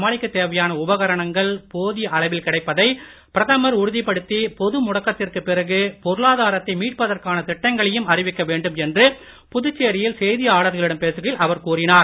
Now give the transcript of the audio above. சமாளிக்கத் தேவையான உபகரணங்கள் போதிய அளவில் கிடைப்பதை பிரதமர் உறுதிப்படுத்தி பொது முடக்கத்திற்குப் பிறகு பொருளாதாரத்தை மீட்பதற்கான திட்டங்களையும் அறிவிக்க வேண்டும் என்று புதுச்சேரியில் செய்தியாளர்களிடம் பேசுகையில் அவர் கூறினார்